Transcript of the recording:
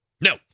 No